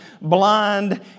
blind